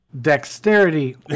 dexterity